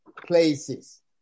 places